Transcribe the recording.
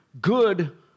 good